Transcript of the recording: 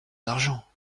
d’argent